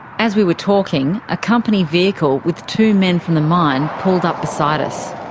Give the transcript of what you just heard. as we were talking, a company vehicle with two men from the mine pulled up beside us.